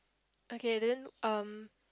okay then um